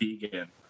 vegan